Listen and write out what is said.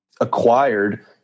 acquired